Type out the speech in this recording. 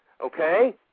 Okay